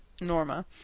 Norma